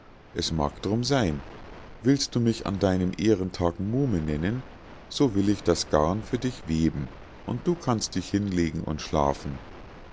es mag drum sein willst du mich an deinem ehrentag muhme nennen so will ich das garn für dich weben und du kannst dich hinlegen und schlafen